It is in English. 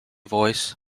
voice